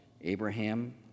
Abraham